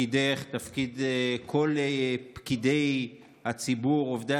תפקידך ותפקיד כל פקידי הציבור ועובדי